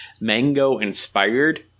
Mango-inspired